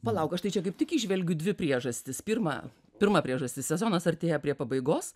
palauk aš tai čia kaip tik įžvelgiu dvi priežastis pirma pirma priežastis sezonas artėja prie pabaigos